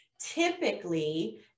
Typically